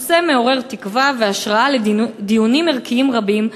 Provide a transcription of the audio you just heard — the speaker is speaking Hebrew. נושא מעורר תקווה והשראה לדיונים ערכיים רבים,